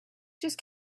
just